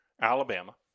Alabama